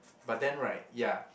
but then right ya